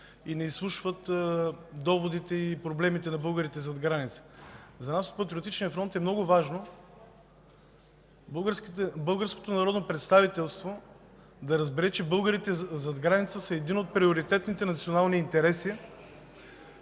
и не изслушват доводите и проблемите на българите зад граница. За нас от Патриотичния фронт е много важно българското народно представителство да разбере, че българите зад граница са един от приоритетните национални интереси.